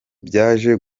byaje